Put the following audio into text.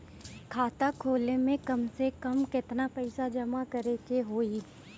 खाता खोले में कम से कम केतना पइसा जमा करे के होई?